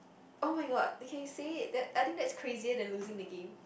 [oh]-my-god okay say that I think that's crazier than losing the game